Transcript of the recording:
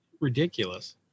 ridiculous